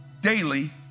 daily